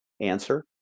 answer